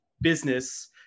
business